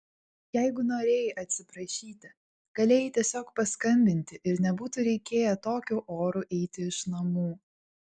jeigu norėjai atsiprašyti galėjai tiesiog paskambinti ir nebūtų reikėję tokiu oru eiti iš namų